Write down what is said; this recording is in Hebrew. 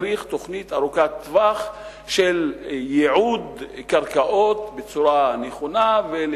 תוכנית ארוכת טווח של ייעוד קרקעות בצורה נכונה ושל